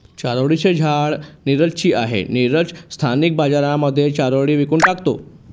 चारोळी चे झाड नीरज ची आहे, नीरज स्थानिक बाजारांमध्ये चारोळी विकून टाकतो